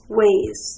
ways